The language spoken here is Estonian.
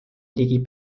ligi